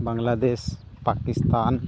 Bangladesh Pakistan